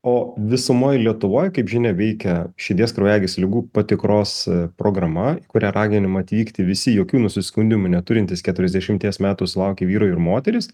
o visumoj lietuvoj kaip žinia veikia širdies kraujagyslių ligų patikros programa į kurią raginima atvykti visi jokių nusiskundimų neturintys keturiasdešimties metų sulaukę vyrai ir moterys